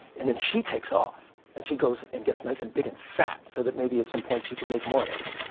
and then she takes off and she goes and gets nice and big and fat so that maybe at some point she can make more eggs.